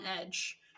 edge